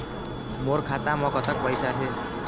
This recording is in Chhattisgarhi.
मोर खाता म कतक पैसा हे?